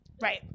Right